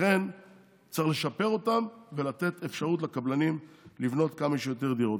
ולכן צריך לשפר אותן ולתת אפשרות לקבלנים לבנות כמה שיותר דירות.